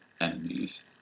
enemies